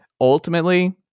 Ultimately